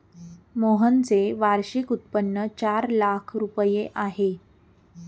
मोहनचे वार्षिक उत्पन्न चार लाख रुपये आहे